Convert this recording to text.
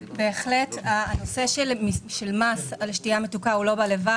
בהחלט, הנושא של מס על שתייה מתוקה לא בא לבד.